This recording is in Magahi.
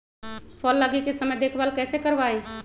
फल लगे के समय देखभाल कैसे करवाई?